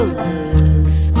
lose